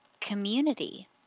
community